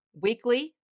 weekly